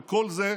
וכל זה,